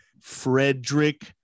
frederick